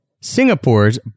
Singapore's